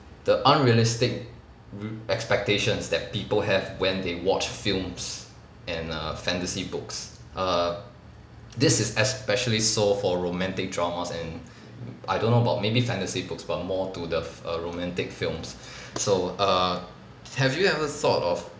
the unrealistic w~ expectations that people have when they watch films and err fantasy books err this is especially so for romantic dramas and I don't know about maybe fantasy books but more to the f~ err romantic films so err have you ever thought of